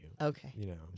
Okay